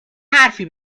حرفی